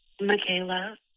Michaela